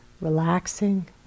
relaxing